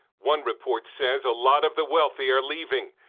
one report says a lot of the wealthy are leaving.